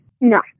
No